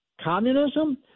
communism